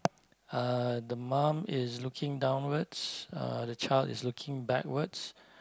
uh the mum is looking downwards uh the child is looking backwards